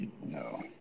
No